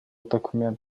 документ